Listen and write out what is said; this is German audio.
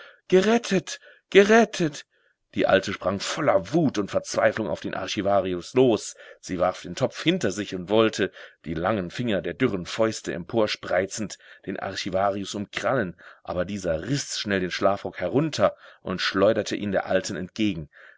gerettet gerettet die alte sprang voller wut und verzweiflung auf den archivarius los sie warf den topf hinter sich und wollte die langen finger der dürren fäuste emporspreizend den archivarius umkrallen aber dieser riß schnell den schlafrock herunter und schleuderte ihn der alten entgegen